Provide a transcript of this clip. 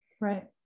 right